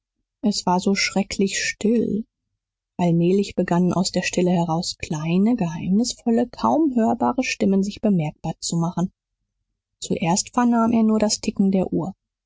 es war so schrecklich still allmählich begannen aus der stille heraus kleine geheimnisvolle kaum hörbare stimmen sich bemerkbar zu machen zuerst vernahm er nur das ticken der uhr